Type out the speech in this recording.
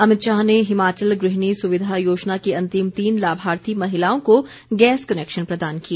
अमित शाह ने हिमाचल गृहिणी सुविधा योजना की अंतिम तीन लाभार्थी महिलाओं को गैस कनैक्शन प्रदान किए